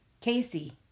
Casey